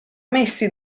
messi